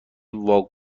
واق